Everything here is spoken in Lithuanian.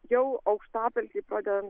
jau aukštapelkėj pradedant